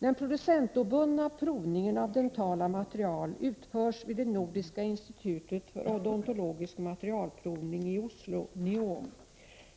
Den producentobundna provningen av dentala material utförs vid det Nordiska institutet för odontologisk materialprovning i Oslo, NIOM.